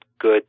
good